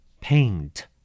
Paint